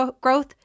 growth